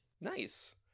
Nice